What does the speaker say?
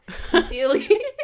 Sincerely